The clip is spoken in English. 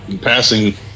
passing